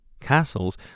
Castles